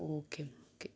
okay okay